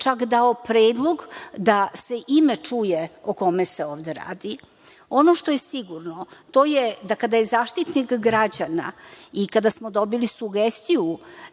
čak dao predlog da se ime čuje o kome se ovde radi. Ono što je sigurno to je da kada je Zaštitnik građana i kada smo dobili sugestiju,